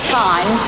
time